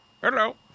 hello